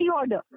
order